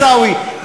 עיסאווי,